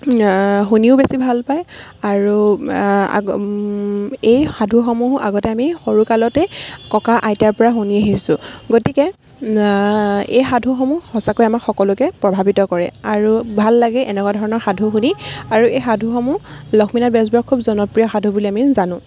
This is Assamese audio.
শুনিও বেছি ভাল পায় আৰু এই সাধুসমূহ আগতে আমি সৰু কালতে ককা আইতাৰ পৰা শুনি আহিছোঁ গতিকে এই সাধুসমূহ সঁচাকৈ আমাক সকলোকে প্ৰভাৱিত কৰে আৰু ভাল লাগে এনেকুৱা ধৰণৰ সাধু শুনি আৰু এই সাধুসমূহ লক্ষ্মীনাথ বেজবৰুৱাৰ খুব জনপ্ৰিয় সাধু বুলি আমি জানো